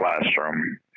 classroom